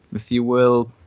if you will,